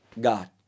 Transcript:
God